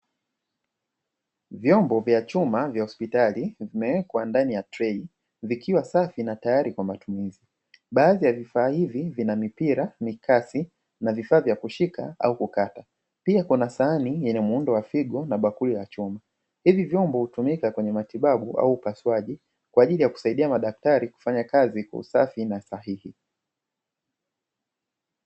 Vyombo vya chuma vya hospitali vimewekwa ndani ya trei vikiwa safi na tayari kwa matumizi. Baadhi ya vifaa hivi vina mipira, mikasi na vifaa vya kushika au kukata, pia kuna sahani yenye muundo wa figo na bakuli la chuma. Hivi vyombo hutumika kwenye matibabu au upasuaji kwa ajili ya kusaidia madaktari kufanya kazi kwa usafi na sahihi.